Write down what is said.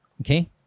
Okay